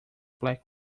black